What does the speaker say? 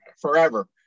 forever